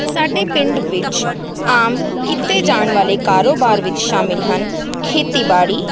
ਸਾਡੇ ਪਿੰਡ ਵਿੱਚ ਆਮ ਕੀਤੇ ਜਾਣ ਵਾਲੇ ਕਾਰੋਬਾਰ ਵਿੱਚ ਸ਼ਾਮਲ ਹਨ ਖੇਤੀਬਾੜੀ